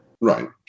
Right